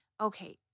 okay